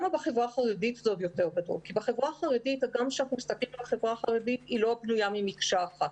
החברה החרדית לא בנויה ממקשה אחת.